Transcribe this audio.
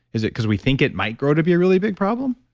is it because we think it might grow to be a really big problem?